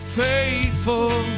faithful